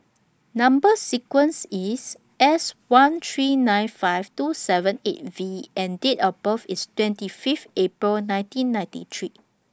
Number sequence IS S one three nine five two seven eight V and Date of birth IS twenty Fifth April nineteen ninety three